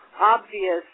obvious